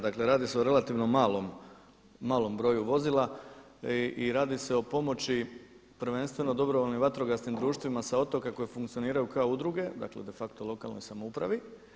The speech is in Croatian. Dakle, radi se o relativno malom broju vozila i radi se o pomoći prvenstveno dobrovoljnim vatrogasnim društvima sa otoka koji funkcioniraju kao udruge, dakle de facto lokalnoj samoupravi.